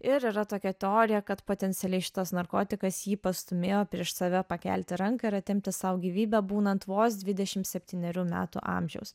ir yra tokia teorija kad potencialiai šitas narkotikas jį pastūmėjo prieš save pakelti ranką ir atimti sau gyvybę būnant vos dvidešimt septynerių metų amžiaus